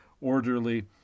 orderly